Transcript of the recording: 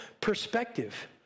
perspective